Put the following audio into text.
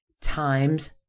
times